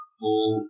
full